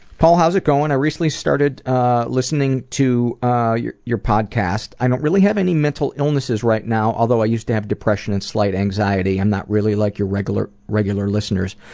paul, how's it going. i recently started listening to your your podcast. i don't really have any mental illnesses right now, although i used to have depression and slight anxiety i'm not really like your regular regular listeners.